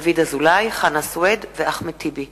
דוד אזולאי, חנא סוייד ואחמד טיבי.